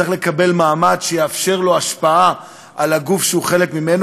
צריך לקבל מעמד שיאפשר לו השפעה על הגוף שהוא חלק ממנו.